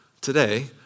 today